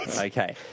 Okay